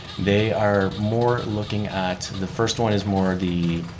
they are more looking at, the first one is more the.